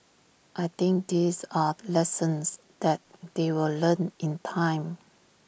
I think these are lessons that they will learn in time